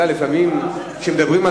אתה יודע, לפעמים, כשמדברים על